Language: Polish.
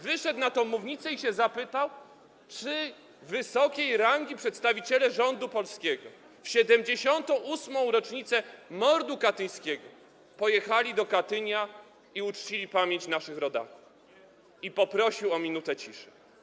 Wyszedł na tę mównicę, zapytał, czy wysokiej rangi przedstawiciele rządu polskiego w 78. rocznicę mordu katyńskiego pojechali do Katynia i uczcili pamięć naszych rodaków, i poprosił o minutę ciszy.